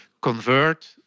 convert